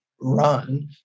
run